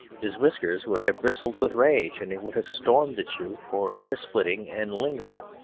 his whiskers would have bristled with rage and he would have stormed at you for hair-splitting and lingo,